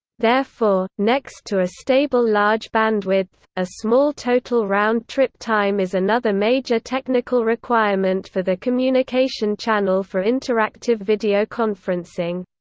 therefore, next to a stable large bandwidth, a small total round-trip time is another major technical requirement for the communication channel for interactive videoconferencing.